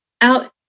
out